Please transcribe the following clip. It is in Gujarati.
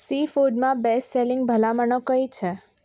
સી ફૂડમાં બેસ્ટ સેલિંગ ભલામણો કઈ છે